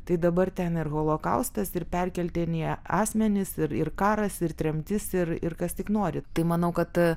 tai dabar ten ir holokaustas ir perkeltinieji asmenys ir ir karas ir tremtis ir ir kas tik nori tai manau kad